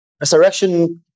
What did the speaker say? resurrection